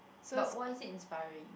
but what is it inspiring